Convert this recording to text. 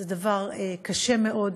זה דבר קשה מאוד.